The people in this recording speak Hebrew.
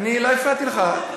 אני לא הפרעתי לך.